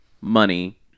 money